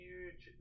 Huge